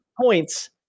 points